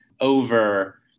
over